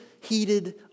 heated